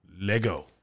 Lego